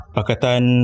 Pakatan